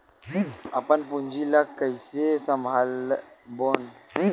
अपन पूंजी ला कइसे संभालबोन?